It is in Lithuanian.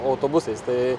autobusais tai